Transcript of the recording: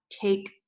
take